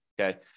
okay